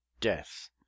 death